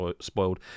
spoiled